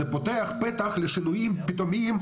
זה פותח פתח לשינויים פתאומיים,